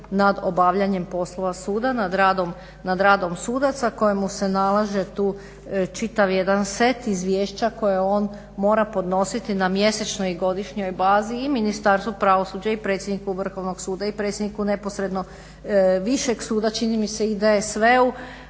nad obavljanjem suda, nad radom sudaca kojemu se nalaže tu čitavi jedan set izvješća koje on mora podnositi na mjesečnoj i godišnjoj bazi i Ministarstvu pravosuđa i predsjedniku Vrhovnog suda i predsjedniku neposredno višeg suda, čini mi se i da